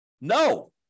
No